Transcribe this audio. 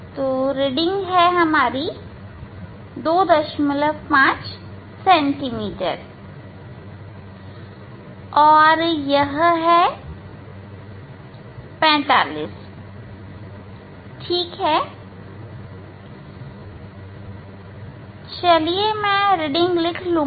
अब reading 25 centimetre है और यह 45 है ठीक है यह रीडिंग मैं लिख लूंगा